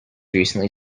recently